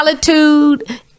solitude